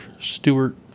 Stewart